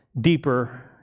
deeper